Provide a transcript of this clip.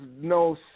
no